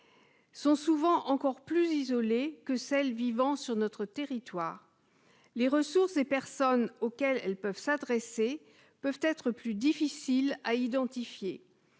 sont souvent encore plus isolé que celles vivant sur notre territoire les ressources et personnes auxquelles elles peuvent s'adresser, peuvent être plus difficiles à identifier